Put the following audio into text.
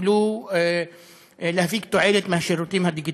זכויות אדם וכפגיעה בכבודה וחירותה של כל אישה.